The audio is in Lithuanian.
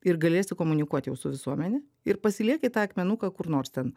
ir galėsi komunikuot jau su visuomene ir pasilieki tą akmenuką kur nors ten